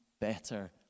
better